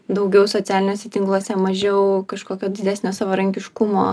daugiau socialiniuose tinkluose mažiau kažkokio didesnio savarankiškumo